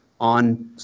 on